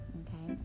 okay